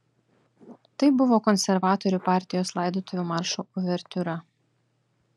tai buvo konservatorių partijos laidotuvių maršo uvertiūra